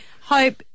Hope